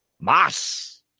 Mas